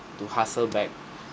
to hustle back